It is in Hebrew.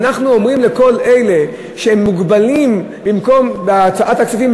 אנחנו אומרים לכל אלה שהם מוגבלים בהוצאת הכספים,